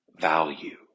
value